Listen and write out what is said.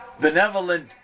benevolent